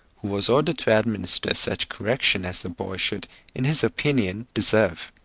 who was ordered to administer such correction as the boy should in his opinion deserve.